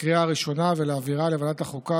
בקריאה ראשונה ולהעבירה לוועדת החוקה,